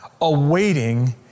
awaiting